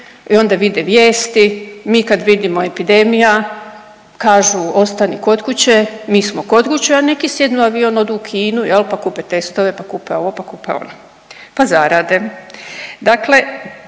i onda vide vijesti, mi kad vidimo epidemija kažu ostani kod kuće, mi smo kod kuće, a neki sjednu u avion odu u Kinu jel pa kupe testove, pa kupe ovo, pa kupe ono, pa zarade.